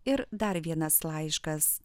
ir dar vienas laiškas